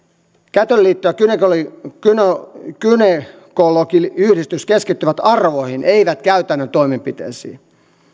kätilöliitto ja gynekologiyhdistys keskittyvät arvoihin eivät käytännön toimenpiteisiin